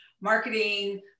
marketing